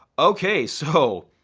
okay so.